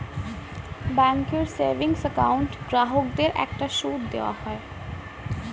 ব্যাঙ্কের savings account গ্রাহকদের একটা সুদ দেওয়া হয়